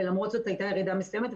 ולמרות זאת הייתה ירידה מסוימת.